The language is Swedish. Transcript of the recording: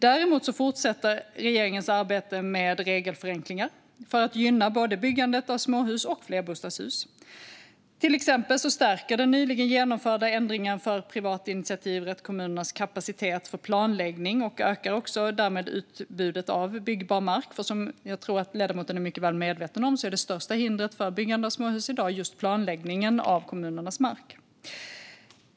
Däremot fortsätter regeringens arbete med regelförenklingar för att gynna byggandet av både småhus och flerbostadshus. Till exempel stärker den nyligen genomförda ändringen för privat initiativrätt kommunernas kapacitet för planläggning. Därmed ökar utbudet av byggbar mark, för som jag tror att ledamoten är mycket väl medveten om är det största hindret för byggande av småhus i dag just planläggningen av kommunernas mark.